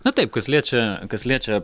na taip kas liečia kas liečia